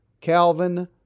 Calvin